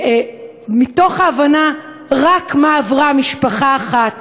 מתוך ההבנה רק מה עברה משפחה אחת,